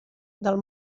del